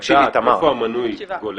לדעת איפה המנוי גולש.